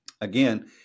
Again